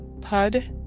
PUD